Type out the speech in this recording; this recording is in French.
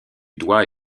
doigt